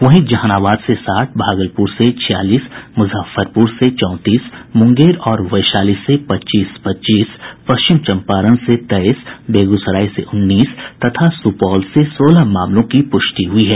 वहीं जहानाबाद से साठ भागलपुर से छियालीस मुजफ्फरपुर से चौंतीस मुंगेर और वैशाली से पच्चीस पच्चीस पश्चिम चम्पारण से तेईस बेगूसराय से उन्नीस तथा सुपौल से सोलह मामलों की पुष्टि हुई है